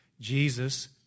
Jesus